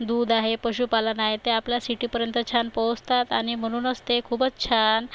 दूध आहे पशुपालन आहे ते आपल्या सिटीपर्यंत छान पोहोचतात आणि म्हणूनच ते खूपच छान